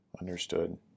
Understood